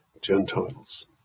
Gentiles